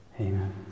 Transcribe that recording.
Amen